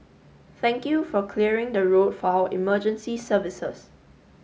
thank you for clearing the road for our emergency services